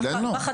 אלינו?